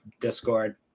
Discord